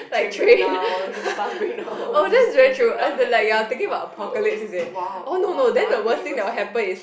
train break down bus break down this thing break down that br~ thing break down !wow! that one really worst thing